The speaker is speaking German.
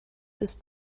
ist